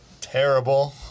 terrible